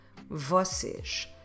vocês